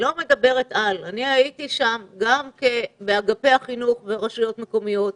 אני לא מדברת על אלא אני הייתי שם באגפי החינוך ברשויות המקומיות,